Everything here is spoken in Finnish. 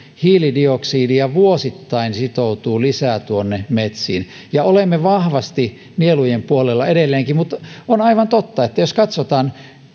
hiilidioksidia vuosittain sitoutuu lisää tuonne metsiin ja olemme vahvasti nielujen puolella edelleenkin on aivan totta että jos katsotaan